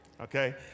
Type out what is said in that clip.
Okay